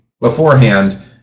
beforehand